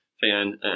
fan